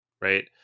right